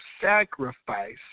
sacrifice